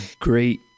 great